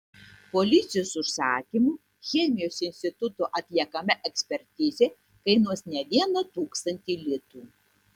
policijos užsakymu chemijos instituto atliekama ekspertizė kainuos ne vieną tūkstantį litų